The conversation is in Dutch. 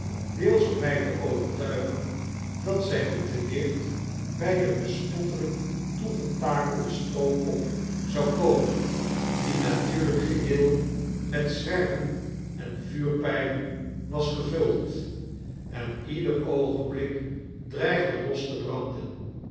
deels om my te overtuigen dat zy niet te dicht by de bespottelyk toegetakelde stroopop zou komen die natuurlyk geheel met zwermen envuurpijlen was gevuld en ieder oogenblik dreigde los te branden